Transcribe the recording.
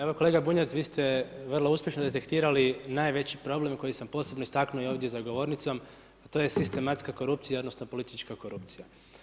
Evo kolega Bunjac vi ste vrlo uspješno detektirali najveći problem koji sam posebno istaknuo i ovdje za govornicom, a to je sistematska korupcija, odnosno politička korupcija.